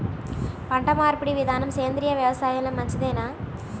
పంటమార్పిడి విధానము సేంద్రియ వ్యవసాయంలో మంచిదేనా?